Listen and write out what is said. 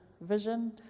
vision